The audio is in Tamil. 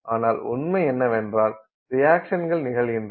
ஆனால் உண்மை என்னவென்றால் ரியாக்சன்கள் நிகழ்கின்றன